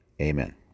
Amen